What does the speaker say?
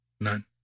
None